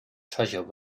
treasure